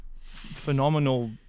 phenomenal